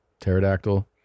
Pterodactyl